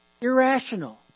Irrational